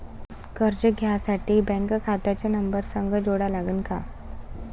कर्ज घ्यासाठी बँक खात्याचा नंबर संग जोडा लागन का?